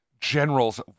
generals